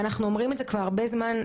אנחנו אומרים את זה כבר הרבה זמן,